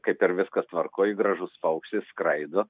kaip ir viskas tvarkoj gražus paukštis skraido